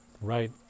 right